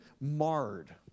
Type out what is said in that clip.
marred